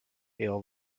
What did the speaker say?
eher